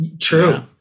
True